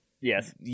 Yes